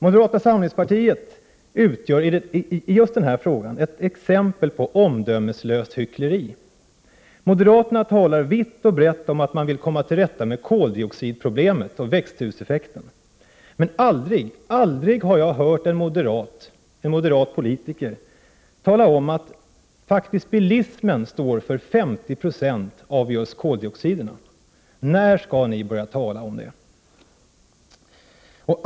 Moderata samlingspartiet utgör i just den här frågan ett exempel på omdömeslöst hyckleri. Moderaterna talar vitt och brett om att de vill komma till rätta med koldioxidproblemet och växthuseffekten. Men aldrig har jag hört en moderat politiker tala om att bilismen faktiskt står för 50 96 av just koldioxiderna. När skall ni börja tala om det?